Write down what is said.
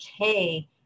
okay